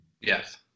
Yes